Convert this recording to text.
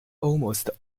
almost